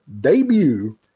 debut